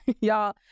Y'all